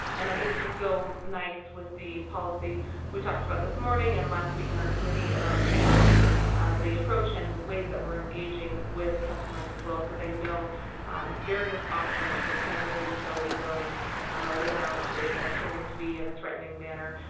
and i think these go nice with the policy we talked about this morning and last week in our committee about changing the approach in ways that we're engaging with customers as well so they know various options for paying their utility bills without it appearing to be in a threatening manor.